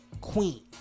queen